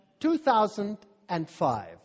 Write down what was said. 2005